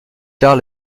tard